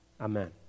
Amen